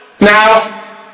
Now